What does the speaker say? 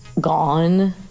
gone